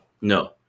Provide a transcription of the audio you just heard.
No